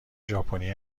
ژاپنی